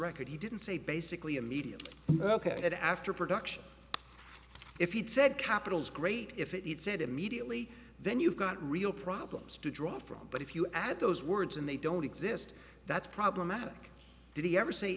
record he didn't say basically immediately ok that after production if he'd said capitals great if it said immediately then you've got real problems to draw from but if you add those words and they don't exist that's problematic did he ever say